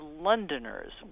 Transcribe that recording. Londoners